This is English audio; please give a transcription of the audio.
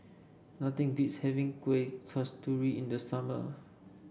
nothing beats having Kuih Kasturi in the summer